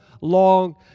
long